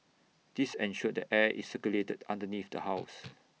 this ensured that air is circulated underneath the house